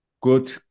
good